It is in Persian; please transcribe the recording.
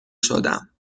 شدم